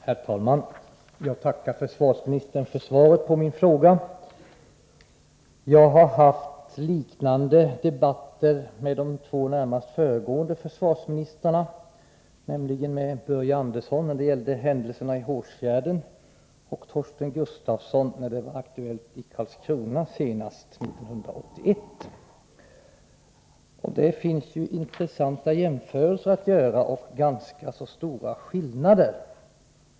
Herr talman! Jag tackar försvarsministern för svaret på min fråga. Jag har haft liknande debatter med de två närmast föregående försvarsministrarna, nämligen med Börje Andersson när det gällde händelserna i Hårsfjärden och med Torsten Gustafsson när händelserna i Karlskrona var aktuella 1981. Det kan göras intressanta jämförelser mellan dessa händelser, och det finns ganska stora skillnader.